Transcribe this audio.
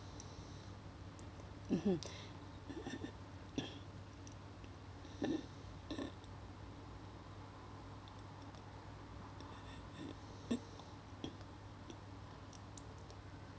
mmhmm